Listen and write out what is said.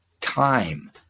time